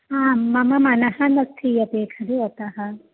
आं मम मनः न स्थीयते खलु अतः